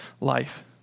life